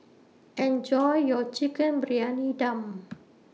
Enjoy your Chicken Briyani Dum